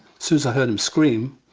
soon as i heard him scream,